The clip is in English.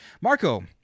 Marco